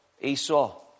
Esau